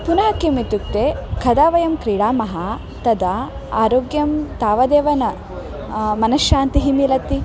पुनः किमित्युक्ते कदा वयं क्रीडामः तदा आरोग्यं तावदेव न मनश्शान्तिः मिलति